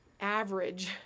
average